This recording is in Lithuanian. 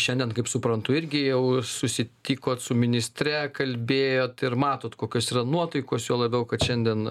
šiandien kaip suprantu irgi jau susitikot su ministre kalbėjot ir matot kokios yra nuotaikos juo labiau kad šiandien